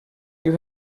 you